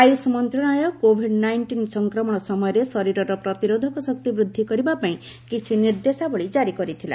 ଆୟୁଷ ମନ୍ତ୍ରଣାଳୟ Covid nineteen ସଂକ୍ରମଣ ସମୟରେ ଶରୀରର ପ୍ରତିରୋଧକ ଶକ୍ତି ବୃଦ୍ଧି କରିବା ପାଇଁ କିଛି ନିର୍ଦ୍ଦେଶାବଳୀ ଜାରି କରିଥିଲା